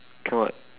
come on